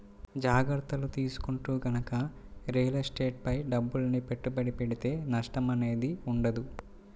జాగర్తలు తీసుకుంటూ గనక రియల్ ఎస్టేట్ పై డబ్బుల్ని పెట్టుబడి పెడితే నష్టం అనేది ఉండదు